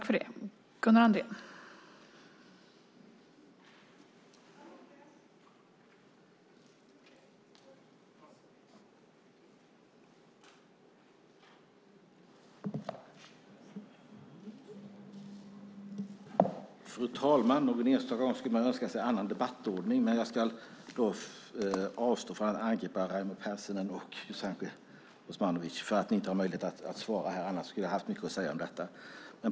Fru talman! Någon enstaka gång skulle man önska en annan debattordning. Jag ska avstå från att angripa Raimo Pärssinen och Jasenko Omanovic eftersom ni inte har möjlighet att svara, annars skulle jag ha mycket att säga.